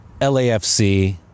LAFC